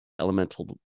Elemental